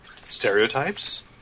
stereotypes